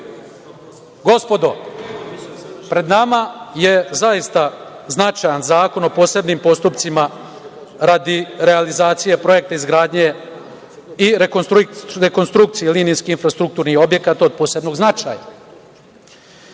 pred nama je zaista značajan zakon o posebnim postupcima radi realizacije projekta izgradnje i rekonstrukcije linijskih infrastrukturnih objekata od posebnog značaja. Čuli